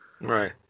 Right